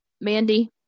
mandy